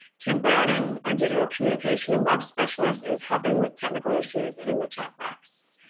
tim browning, our digital communication and web specialist, is helping with technical issues in the chat box.